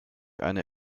eine